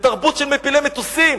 לתרבות של מפילי מטוסים,